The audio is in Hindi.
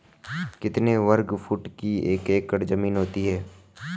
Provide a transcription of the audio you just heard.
कितने वर्ग फुट की एक एकड़ ज़मीन होती है?